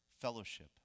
fellowship